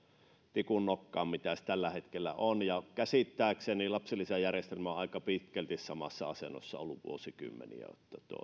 tikun nokkaan kuin mitä se tällä hetkellä on käsittääkseni lapsilisäjärjestelmä on aika pitkälti samassa asennossa ollut vuosikymmeniä